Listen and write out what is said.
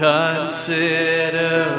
consider